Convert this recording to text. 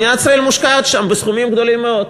מדינת ישראל מושקעת שם בסכומים גדולים מאוד,